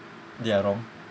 they are wrong